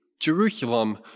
Jerusalem